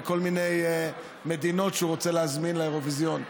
וכל מיני מדינות שהוא רוצה להזמין לאירוויזיון.